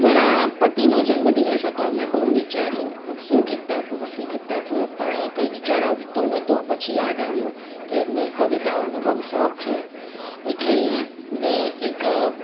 મારા પતિનો જન્મદિવસ હતો મેં બહુ વિચાર્યું શું ગિફ્ટ આપું શું ગિફ્ટ આપું પણ કંઈ વિચાર આવતો નહોતો પછી યાદ આવ્યું કે એમને કવિતાઓનો બહુ શોખ છે એટલે મેં એક